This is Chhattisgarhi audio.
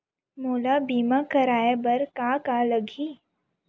मोला बीमा कराये बर का का लगही?